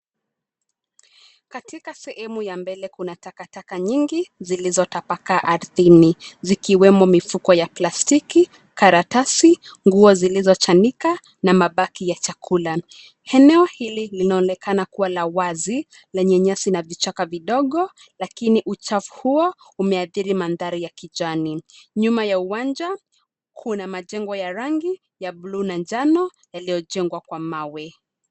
Katika sehemu ya mbele kuna takataka nyingi, zilizotapakaa ardhini. Zikiwemo mifuko ya plastiki, karatasi, nguo zilizochanika na mabaki ya chakula. Eneo hili linaonenaka kuwa la wazi, lenye nyasi na vichaka vidogo, lakini uchafu huo umeadhiri mandhari ya kijani. Nyuma ya uwanja, kuna majengo ya rangi ya buluu na njano yaliyojengwa kwa mawe.